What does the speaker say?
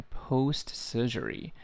post-surgery 。